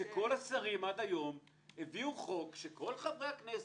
השרים עד היום הביאו חוק שכל חברי הכנסת,